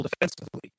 defensively